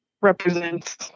represents